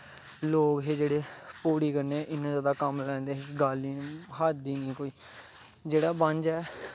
लोग पौड़ी कन्नै इन्ना कम्म लैंदे हे हद्द गै निं कोई जेह्ड़ा बंज ऐ